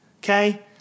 Okay